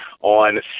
On